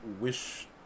wish